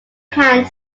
hand